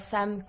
Sam